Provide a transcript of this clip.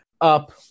up